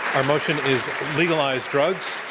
our motion is legalize drugs.